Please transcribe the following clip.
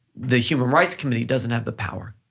the human rights committee doesn't have the power.